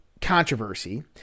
controversy